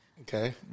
Okay